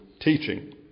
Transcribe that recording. Teaching